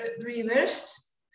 reversed